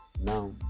Now